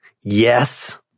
Yes